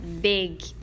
big